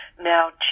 now